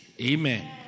amen